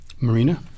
Marina